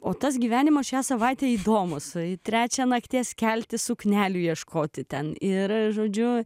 o tas gyvenimas šią savaitę įdomūs į trečią nakties kelti suknelių ieškoti ten ir žodžiu